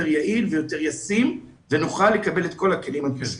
יעיל ויותר ישים ונוכל לקבל את כל הכלים הדרושים.